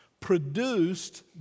produced